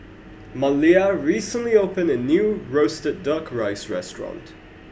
Maleah recently opened a new roasted duck rice restaurant